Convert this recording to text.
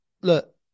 look